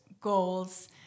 goals